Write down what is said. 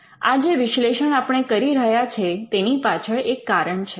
આ જે વિશ્લેષણ આપણે કરી રહ્યા છે તેની પાછળ એક કારણ છે